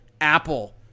Apple